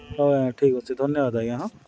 ହଉ ଆଜ୍ଞା ଠିକ୍ ଅଛି ଧନ୍ୟବାଦ ଆଜ୍ଞା ହେଁ